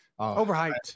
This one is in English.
Overhyped